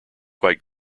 quite